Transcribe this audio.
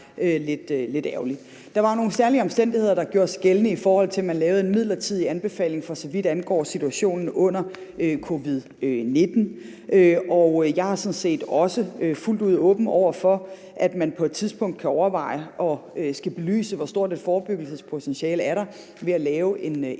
Der var nogle særlige omstændigheder, der gjorde sig gældende, i forhold til at man lavede en midlertidig anbefaling, for så vidt angår situationen under covid-19. Jeg er sådan set også fuldt ud åben over for, at man på et tidspunkt kan overveje at skulle belyse, hvor stort et forebyggelsespotentiale der er ved at lave en MTV.